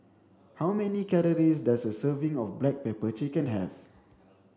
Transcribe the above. how many calories does a serving of black pepper chicken have